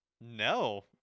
No